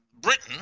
Britain